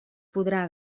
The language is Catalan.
podrà